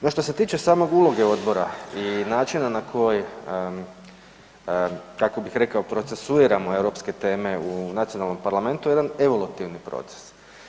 No, što se tiče same uloge odbora i načina na koji, kako bih rekao, procesuiramo europske teme u nacionalnom parlamentu je jedan evolutivni proces.